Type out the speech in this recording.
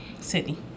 City